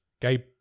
gabe